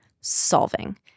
solving